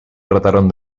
trataron